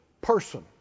person